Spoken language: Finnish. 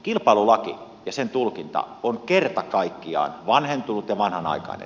kilpailulaki ja sen tulkinta on kerta kaikkiaan vanhentunut ja vanhanaikainen